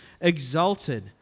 exalted